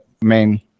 main